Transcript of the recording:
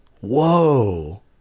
Whoa